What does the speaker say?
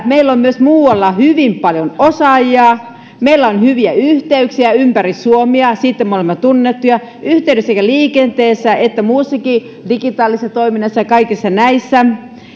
meillä on myös muualla hyvin paljon osaajia meillä on hyviä yhteyksiä ympäri suomea siitä me olemme tunnettuja yhteydet sekä liikenteessä että muussakin digitaalisessa toiminnassa ja kaikissa näissä